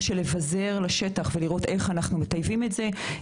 של לבזר לשטח ולראות איך אנחנו מטייבים את זה,